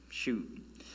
shoot